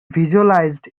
visualized